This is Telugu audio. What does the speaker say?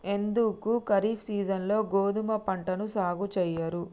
ఎందుకు ఖరీఫ్ సీజన్లో గోధుమ పంటను సాగు చెయ్యరు?